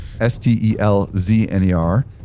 S-T-E-L-Z-N-E-R